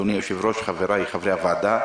אדוני היושב-ראש, חבריי חברי הוועדה,